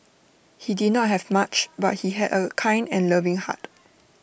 he did not have much but he had A kind and loving heart